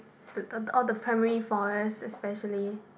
all the primary forest especially